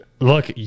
Look